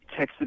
texted